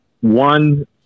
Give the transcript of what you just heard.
One